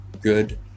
good